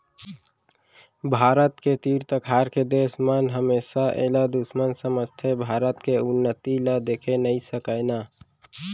भारत के तीर तखार के देस मन हमेसा एला दुस्मन समझथें भारत के उन्नति ल देखे नइ सकय ना